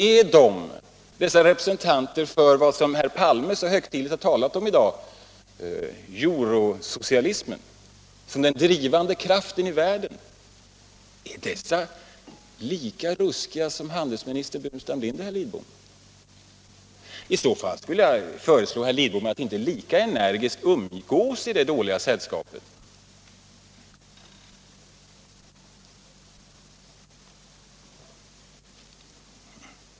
Är dessa representanter för vad herr Palme så högtidligt har talat om i dag, nämligen eurosocialismen som den drivande kraften i världen, lika ruskiga som handelsminister Burenstam Linder, herr Lidbom? I så fall skulle jag föreslå herr Lidbom att inte lika energiskt umgås i det ruskiga sällskapet.